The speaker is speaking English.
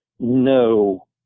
no